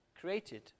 created